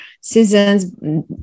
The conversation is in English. seasons